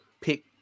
pick